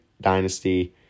dynasty